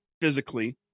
physically